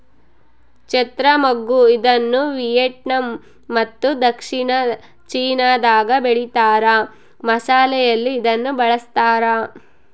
ಚಕ್ತ್ರ ಮಗ್ಗು ಇದನ್ನುವಿಯೆಟ್ನಾಮ್ ಮತ್ತು ದಕ್ಷಿಣ ಚೀನಾದಾಗ ಬೆಳೀತಾರ ಮಸಾಲೆಯಲ್ಲಿ ಇದನ್ನು ಬಳಸ್ತಾರ